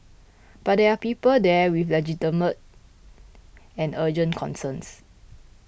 but there are people there with legitimate and urgent concerns